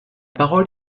parole